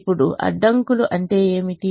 ఇప్పుడు అడ్డంకులు అంటే ఏమిటి